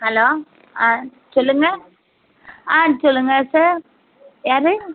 hello ஆ சொல்லுங்கள் ஆ சொல்லுங்கள் சார் யார்